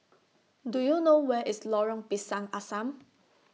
Do YOU know Where IS Lorong Pisang Asam